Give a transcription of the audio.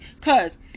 Cause